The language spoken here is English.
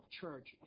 church